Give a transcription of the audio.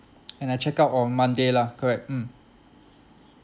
and I check out on monday lah correct mm